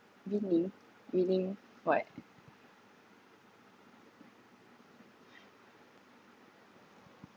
winning winning what